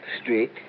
street